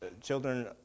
children